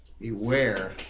beware